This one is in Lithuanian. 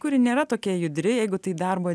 kuri nėra tokia judri jeigu tai darbo